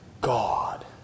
God